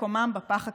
מקומם בפח הכתום,